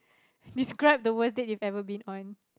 describe the worst date you ever been on